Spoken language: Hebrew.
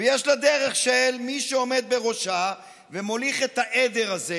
ויש לה הדרך של מי שעומד בראשה ומוליך את העדר הזה,